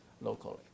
locally